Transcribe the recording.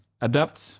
adapt